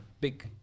big